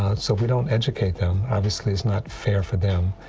so if we don't educate them, obviously, it's not fair for them.